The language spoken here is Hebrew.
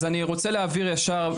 אז אני רוצה להעביר ישר.